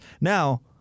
Now